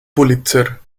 pulitzer